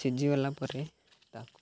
ସିଜିିଗଲା ପରେ ତାକୁ